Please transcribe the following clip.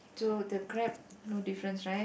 so the crab no difference right